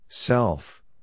Self